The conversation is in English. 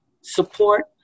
support